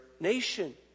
nation